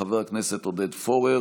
מאת חברי הכנסת עודד פורר,